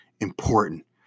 important